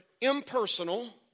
impersonal